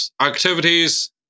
activities